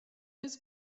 his